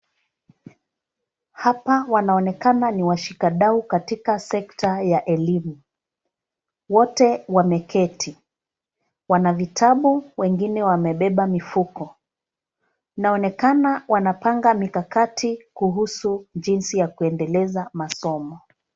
Hapa wanaonekana ni washikadau katika sekta ya elimu. Wote wameketi. Wana vitabu wengine wamebeba mifuko. Inaonekana wanapanga mikakati kuhusu jinsi ya kuendeleza masomo.